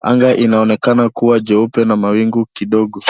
Anga inaonekana kuwa jeupe na mawingu kidogo.